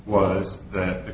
was that the